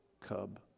cub